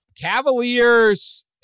Cavaliers